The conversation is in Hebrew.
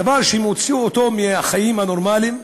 דבר שמוציא אותו מהחיים הנורמליים,